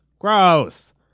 Gross